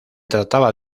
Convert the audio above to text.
trataba